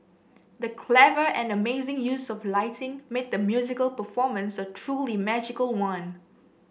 the clever and amazing use of lighting made the musical performance a truly magical one